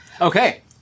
Okay